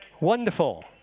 Wonderful